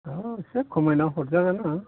ओ एसे खमायना हरजागोन अ